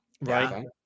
Right